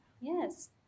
Yes